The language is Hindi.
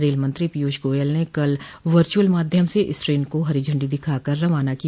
रेल मंत्री पीयूष गोयल ने कल वर्चुअल माध्यम से इस ट्रेन को हरी झंडी दिखाकर रवाना किया